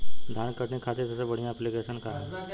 धान के कटनी खातिर सबसे बढ़िया ऐप्लिकेशनका ह?